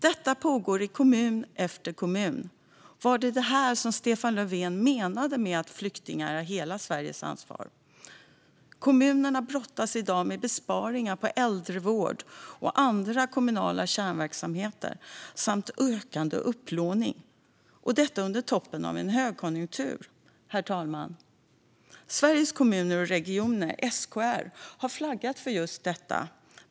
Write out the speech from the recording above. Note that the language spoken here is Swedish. Detta pågår i kommun efter kommun. Var det detta Stefan Löven menade med att flyktingar är hela Sveriges ansvar? Kommunerna brottas i dag med besparingar i äldrevård och andra kommunala kärnverksamheter samt ökande upplåning, och detta under toppen av en högkonjunktur. Herr talman! Sveriges Kommuner och Regioner, SKR, har flaggat för just detta.